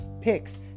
picks